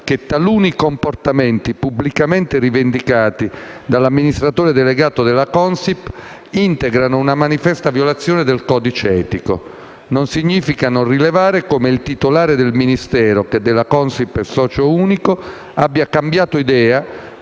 che taluni comportamenti pubblicamente rivendicati dall'amministratore delegato della Consip integrano una manifesta violazione del codice etico. Non significa non rilevare come il titolare del Ministero che della Consip è socio unico abbia cambiato idea